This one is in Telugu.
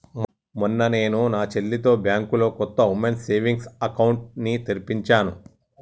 మొన్న నేను నా చెల్లితో బ్యాంకులో కొత్త ఉమెన్స్ సేవింగ్స్ అకౌంట్ ని తెరిపించాను